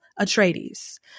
Atreides